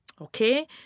Okay